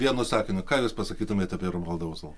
vienu sakiniu ką jūs pasakytumėt apie romualdą ozolą